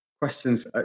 questions